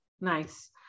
nice